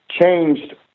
changed